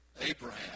Abraham